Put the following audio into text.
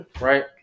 Right